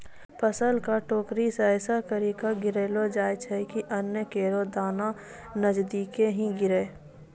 फसल क टोकरी सें ऐसें करि के गिरैलो जाय छै कि अन्न केरो दाना नजदीके ही गिरे